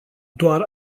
doar